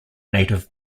native